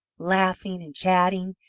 laughing and chatting,